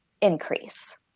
increase